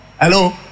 Hello